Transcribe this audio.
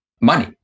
money